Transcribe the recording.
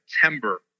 September